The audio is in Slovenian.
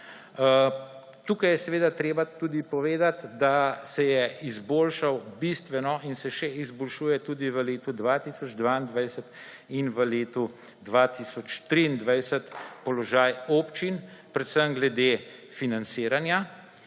Tukaj je seveda treba tudi povedati, da se je izboljšal bistveno in se še izboljšuje tudi v letu 2022 in v letu 2023 položaj občin, predvsem glede financiranja.